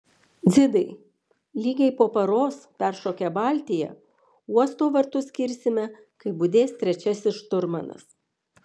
dzidai lygiai po paros peršokę baltiją uosto vartus kirsime kai budės trečiasis šturmanas